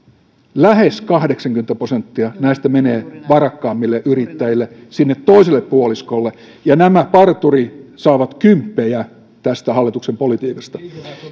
lähes kahdeksankymmentä prosenttia näistä menee varakkaammille yrittäjille sinne toiselle puoliskolle ja nämä parturit saavat kymppejä tästä hallituksen politiikasta